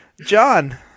John